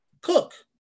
cook